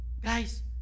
guys